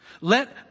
Let